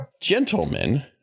gentlemen